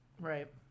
Right